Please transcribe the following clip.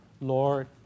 Lord